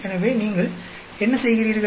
எனவே நீங்கள் என்ன செய்கிறீர்கள்